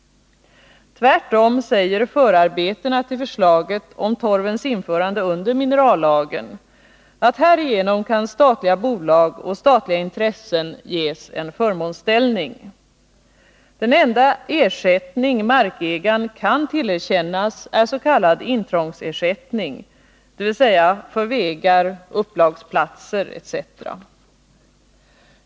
Tvärtom säger förarbetena till förslaget om torvens införande under minerallagen att härigenom kan statliga bolag och statliga intressen ges en förmånsställning. Den enda ersättning markägaren kan tillerkännas är s.k. intrångsersättning, dvs. för vägar, upplagsplatser etc.